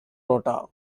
rota